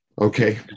Okay